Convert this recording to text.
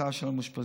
הרחצה של המאושפזים,